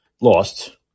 lost